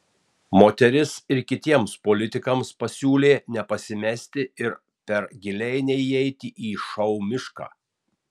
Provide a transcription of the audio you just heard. moteris ir kitiems politikams pasiūlė nepasimesti ir per giliai neįeiti į šou mišką